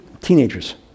teenagers